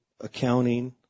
accounting